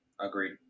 Agreed